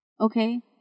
okay